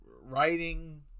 writing